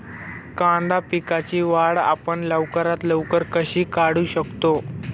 कांदा पिकाची वाढ आपण लवकरात लवकर कशी करू शकतो?